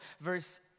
verse